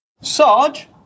Sarge